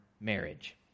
marriage